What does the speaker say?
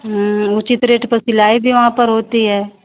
उचित रेट पर सिलाई भी वहाँ पर होती है